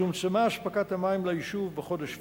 צומצמה אספקת המים ליישוב בחודש פברואר,